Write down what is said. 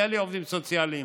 היו לי עובדים סוציאליים.